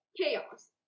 Chaos